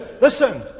Listen